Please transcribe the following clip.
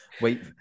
wait